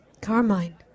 Carmine